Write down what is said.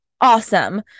awesome